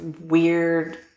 weird